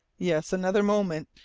yes, another moment,